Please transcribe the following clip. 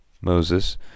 Moses